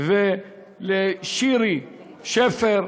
ולשירי שפר,